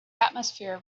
atmosphere